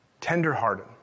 tenderhearted